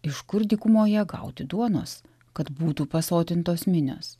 iš kur dykumoje gauti duonos kad būtų pasotintos minios